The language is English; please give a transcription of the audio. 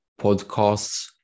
podcasts